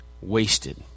wasted